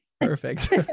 Perfect